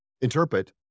interpret